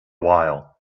while